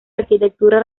arquitectura